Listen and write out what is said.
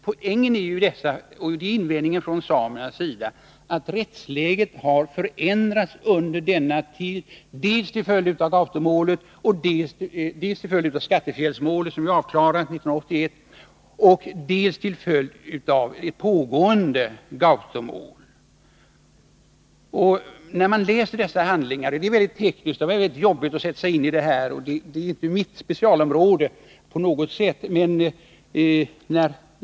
Poängen är ju — och detta är invändningen från samernas sida — att rättsläget har förändrats under tiden dels till följd av skattefjällsmålet, som avslutades 1981, dels till följd av pågående Gautomål. Handlingarna är väldigt tekniska, och det är svårt att sätta sig in i dem. Detta är inte på något sätt mitt specialområde.